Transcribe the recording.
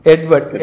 Edward